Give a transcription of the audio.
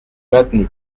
maintenu